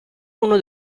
uno